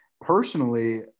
personally